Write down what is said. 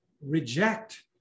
reject